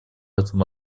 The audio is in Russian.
этом